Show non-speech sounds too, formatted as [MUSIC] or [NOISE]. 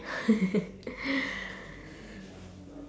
[LAUGHS]